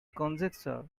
conjecture